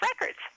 Records